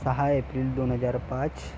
सहा एप्रिल दोन हजार पाच